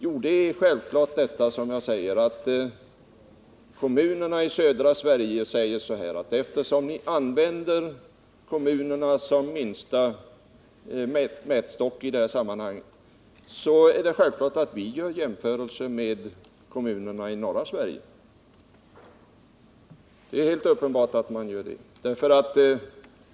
Jo, det blir självfallet den konsekvensen, som jag redan nämnt, att kommunerna i södra Sverige resonerar som så, att eftersom ni använder kommunerna som minsta mätstock i detta sammanhang är det självklart att vi gör jämförelser med kommunerna i norra Sverige. Det är helt uppenbart att man gör det.